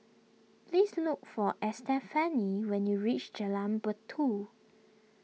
please look for Estefany when you reach Jalan Batu